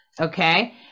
okay